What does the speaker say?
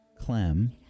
Clem